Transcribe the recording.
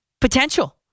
potential